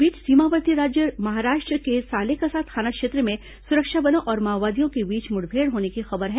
इस बीच सीमावर्ती राज्य महाराष्ट्र के सालेकसा थाना क्षेत्र में सुरक्षा बलों और माओवादियों के बीच मुठभेड़ होने की खबर है